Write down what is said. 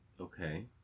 okay